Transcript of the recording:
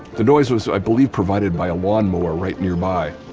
the noise was, i believe, provided by a lawnmower right nearby,